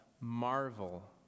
marvel